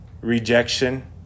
rejection